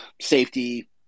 safety